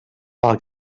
pel